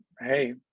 hey